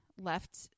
left